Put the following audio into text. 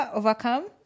overcome